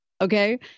okay